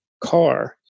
car